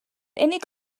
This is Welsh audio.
unig